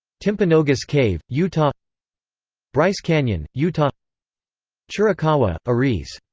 timpanogos cave, utah bryce canyon, utah chiricahua, ariz.